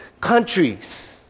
countries